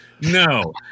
no